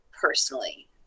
personally